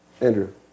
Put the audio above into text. Andrew